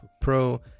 Pro